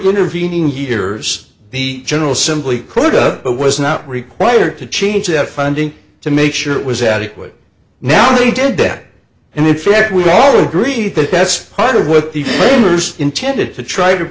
intervening years the general simply could up but was not required to change it funding to make sure it was adequate now we did that and in fact we all agree that that's part of what the owners intended to try to